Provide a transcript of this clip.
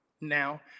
now